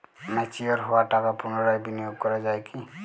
Mature হওয়া টাকা পুনরায় বিনিয়োগ করা য়ায় কি?